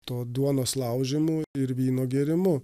tuo duonos laužymu ir vyno gėrimu